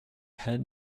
had